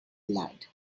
blood